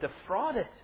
defrauded